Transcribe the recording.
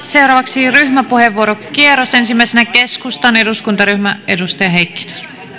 seuraavaksi ryhmäpuheenvuorokierros ensimmäisenä keskustan eduskuntaryhmä edustaja heikkinen